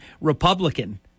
Republican